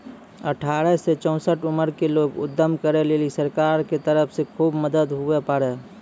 अठारह से चौसठ उमर के लोग उद्यम करै लेली सरकार के तरफ से खुब मदद हुवै पारै